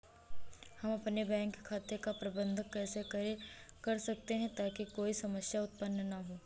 हम अपने बैंक खाते का प्रबंधन कैसे कर सकते हैं ताकि कोई समस्या उत्पन्न न हो?